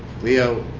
leo.